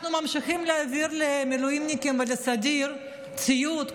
אנחנו ממשיכים להעביר למילואימניקים ולסדיר ציוד,